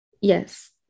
Yes